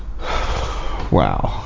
wow